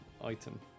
item